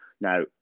Now